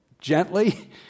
gently